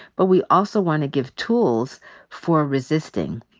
but we also want to give tools for resisting.